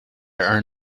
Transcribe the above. earn